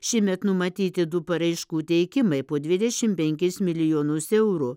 šiemet numatyti du paraiškų teikimai po dvidešimt penkis milijonus eurų